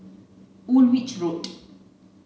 Woolwich Road